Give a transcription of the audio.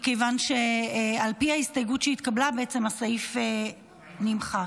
מכיוון שעל פי ההסתייגות שהתקבלה, הסעיף נמחק.